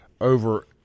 over